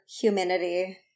humanity